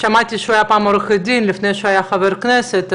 שמעתי שהוא היה פעם עורך דין לפני שהוא היה חבר כנסת,